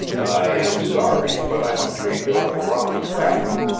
i am sorry, but i am afraid you're on the wrong track.